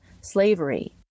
slavery